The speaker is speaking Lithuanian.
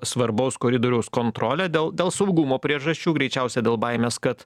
svarbaus koridoriaus kontrolę dėl dėl saugumo priežasčių greičiausia dėl baimės kad